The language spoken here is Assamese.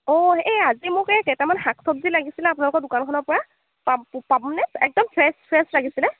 অঁ এই আজি মোক এই কেইটামান শাক চবজি লাগিছিলে আপোনালোকৰ দোকানখনৰপৰা পাম প পাম নে একদম ফ্ৰেছ ফ্ৰেছ লাগিছিলে